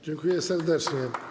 Dziękuję serdecznie.